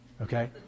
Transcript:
Okay